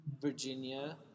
Virginia